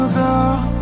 girl